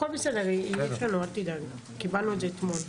נטפל בדבר הזה.